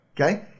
Okay